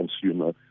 consumer